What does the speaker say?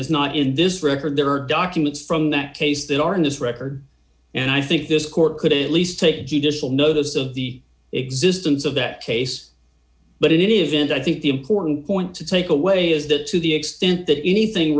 is not in this record there are documents from that case that are in this record and i think this court could at least take judicial notice of the existence of that case but it isn't i think the important point to take away is that to the extent that anything